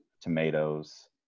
tomatoes